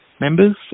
members